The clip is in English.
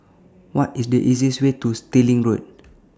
What IS The easiest Way to Stirling Road